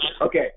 Okay